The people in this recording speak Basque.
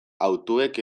hautuek